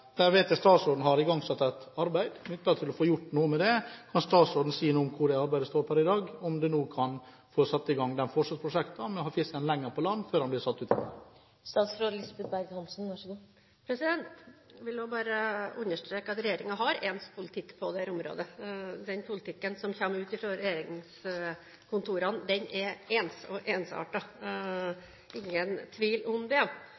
Jeg vet statsråden har igangsatt et arbeid for å få gjort noe med det. Kan statsråden si noe om hvor det arbeidet står per i dag, og om en nå kan få satt i gang forsøksprosjektet med å ha fisken lenger på land før den blir satt ut i merd? Jeg vil bare understreke at regjeringen har ens politikk på dette området. Den politikken som kommer ut fra regjeringskontorene, er ens og ensartet. Det er ingen tvil om det.